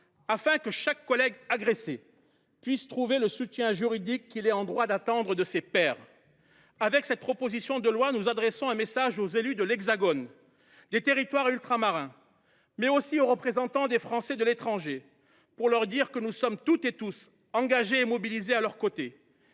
avocats. Chaque collègue agressé pourra ainsi trouver le soutien juridique qu’il est en droit d’attendre de ses pairs. Avec cette proposition de loi, nous adresserons un message aux élus de l’Hexagone et des territoires ultramarins, mais aussi aux représentants des Français de l’étranger : nous sommes, toutes et tous, engagés et mobilisés à leurs côtés,